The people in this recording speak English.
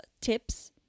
tips